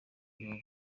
igihugu